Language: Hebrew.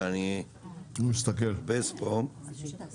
אני רואה